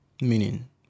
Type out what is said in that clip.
meaning